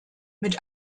mit